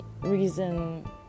reason